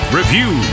review